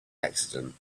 accident